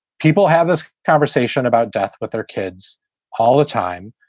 people have this conversation about death with their kids all the time.